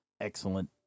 Excellent